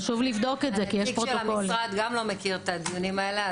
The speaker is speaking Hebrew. נציג המשרד גם לא מכיר את הדיונים האלה.